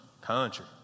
country